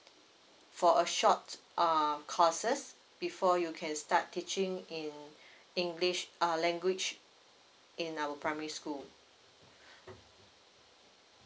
for a short uh courses before you can start teaching in english uh language in our primary school